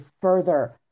further